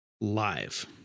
live